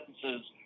sentences